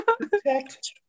protect